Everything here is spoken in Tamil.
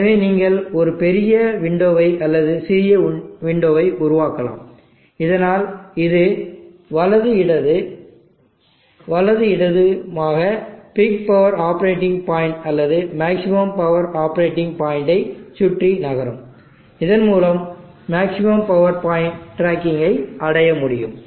எனவே நீங்கள் ஒரு பெரிய விண்டோவை அல்லது ஒரு சிறிய விண்டோவை உருவாக்கலாம் இதனால் இது வலது இடது வலது இடது மாக பீக் பவர் ஆபரேட்டிங் பாயிண்ட் அல்லது மேக்ஸிமம் பவர் ஆப்பரேட்டிங் பாயிண்டை சுற்றி நகரும் இதன் மூலம் மேக்ஸிமம் பவர் பாயிண்ட் டிராக்கிங்கை அடைய முடியும்